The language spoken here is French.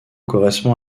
correspond